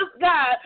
God